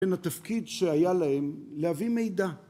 בין התפקיד שהיה להם להביא מידע.